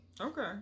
Okay